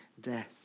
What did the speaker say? death